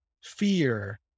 fear